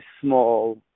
small